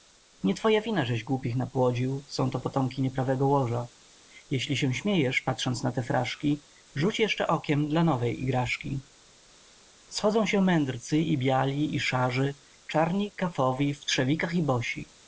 nie twoja wina żeś głupich napłodził są to potomki nieprawego łoża jeśli się śmiejesz patrząc na te fraszki rzuć jeszcze okiem dla nowej igraszki schodzą się mędrcy i biali i szarzy czarni kafowi w trzewikach i bosi